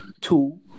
Two